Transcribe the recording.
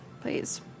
please